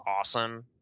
awesome